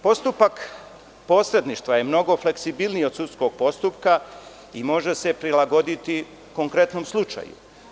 Postupak posredništva je mnogo fleksibilniji od sudskog postupka i može se prilagoditi konkretnom slučaju.